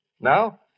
Now